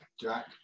jack